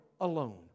alone